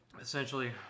essentially